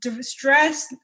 Stress